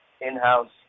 in-house